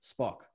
Spock